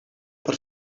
per